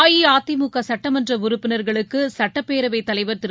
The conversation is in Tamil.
அஇஅதிமுக சட்டமன்ற உறுப்பினர்களுக்கு சட்டப்பேரவைத் தலைவர் திரு